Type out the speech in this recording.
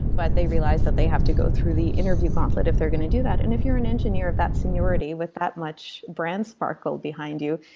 but they realize that they have to go through the interview pamphlet if they're going to do that and if you're an engineer with that seniority, with that much brand sparkle behind you,